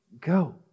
go